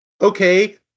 okay